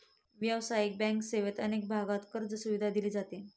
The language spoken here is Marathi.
व्यावसायिक बँक सेवेत अनेक भागांत कर्जसुविधा दिली जाते